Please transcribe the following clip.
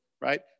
right